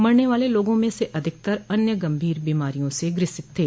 मरने वाले लोगों में से अधिकतर अन्य गंभीर बीमारियों से भी ग्रसित थे